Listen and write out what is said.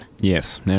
Yes